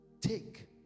take